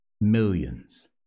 millions